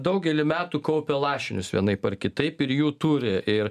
daugelį metų kaupė lašinius vienaip ar kitaip ir jų turi ir